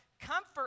Comfort